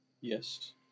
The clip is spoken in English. Yes